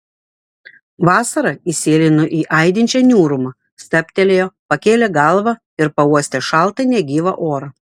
vasara įsėlino į aidinčią niūrumą stabtelėjo pakėlė galvą ir pauostė šaltą negyvą orą